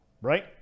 Right